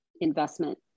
investment